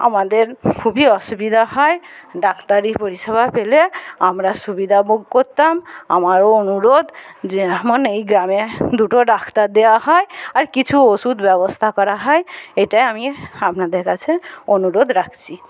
আমাদের খুবই অসুবিধা হয় ডাক্তারি পরিষেবা পেলে আমরা সুবিধা ভোগ করতাম আমারও অনুরোধ যেমন এই গ্রামে দুটো ডাক্তার দেওয়া হয় আর কিছু ওষুধ ব্যবস্থা করা হয় এটাই আমি আপনাদের কাছে অনুরোধ রাখছি